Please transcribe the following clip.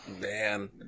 Man